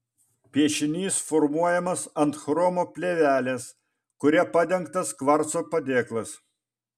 piešinys formuojamas ant chromo plėvelės kuria padengtas kvarco padėklas